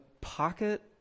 pocket